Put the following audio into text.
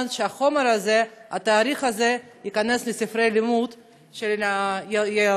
שהחומר הזה והתאריך הזה ייכנסו לספרי הלימוד של ילדינו.